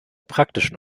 praktischen